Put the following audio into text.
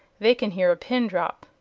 they can hear a pin drop.